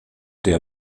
der